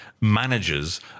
managers